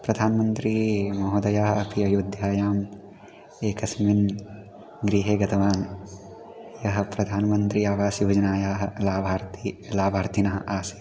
प्रधानमन्त्रिमहोदयाः अपि अयोध्यायां एकस्मिन् गृहे गतवान् यः प्रधानमन्त्री आवास् योजनायाः लाभार्थी लाभार्थिनः आसीत्